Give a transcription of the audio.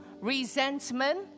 resentment